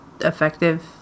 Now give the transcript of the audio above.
effective